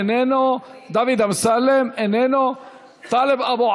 אינו נוכח,